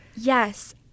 Yes